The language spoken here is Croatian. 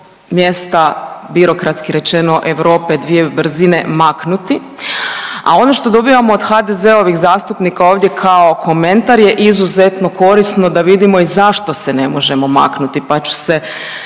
mjesta birokratski rečeno Europe dvije brzine maknuti, a ono što dobivamo od HDZ-ovih zastupnika ovdje kao komentar je izuzetno korisno da vidimo i zašto se ne možemo maknuti, pa ću se